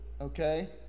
Okay